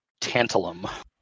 tantalum